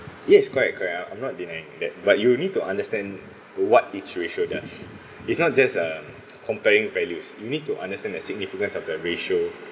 yes correct correct ah I'm not denying that but you need to understand what each ratio does it's not just um comparing values you need to understand the significance of the ratio